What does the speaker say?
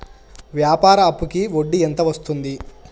వ్యాపార అప్పుకి వడ్డీ ఎంత వస్తుంది?